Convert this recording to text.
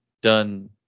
done